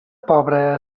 pobre